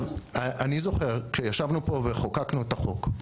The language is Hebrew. אני זוכר שכשישבנו פה וחוקקנו את החוק,